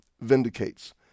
vindicates